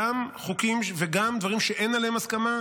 גם בחוקים וגם דברים שאין עליהם הסכמה,